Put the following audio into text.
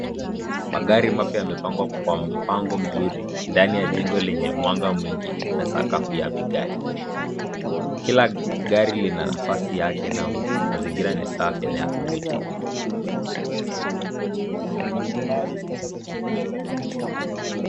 Magari mapya yamepangwa kwa mpango mzuri ndani ya jengo lenye mwanga mwingi na sakafu ya vigae. Kila gari lina nafasi yake na mazingira ni safi na ya kuvutia.